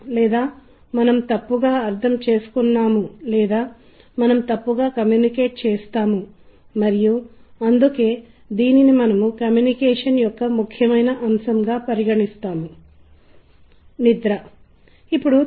లేదా మీరు అత్తరు ఏక్ష్ అత్తరు వంటి ఉత్పత్తిని కలిగి ఉన్నట్లయితే మరియు దాని వెనుక బిస్మిల్లా ఖాన్ యొక్క షహనాయి వాయించబడే పరిస్థితిని ఊహించుకోండి